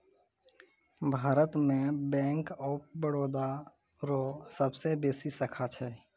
भारत मे Bank of Baroda रो सबसे बेसी शाखा छै